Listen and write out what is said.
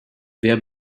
wer